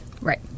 Right